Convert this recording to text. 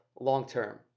long-term